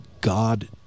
God